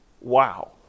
Wow